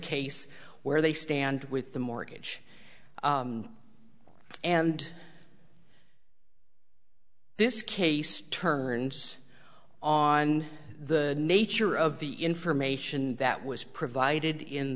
case where they stand with the mortgage and this case turns on the nature of the information that was provided in